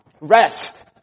Rest